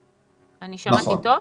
אני שמעתי טוב?